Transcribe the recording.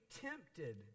tempted